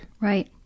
Right